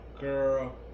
girl